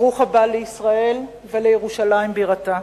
ברוך הבא לישראל ולירושלים בירתה.